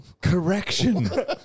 correction